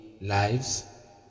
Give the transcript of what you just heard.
lives